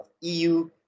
EU